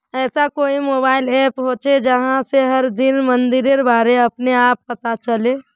ऐसा कोई mobile app होचे जहा से हर दिन मंडीर बारे अपने आप पता चले?